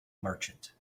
merchant